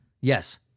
Yes